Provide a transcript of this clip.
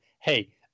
hey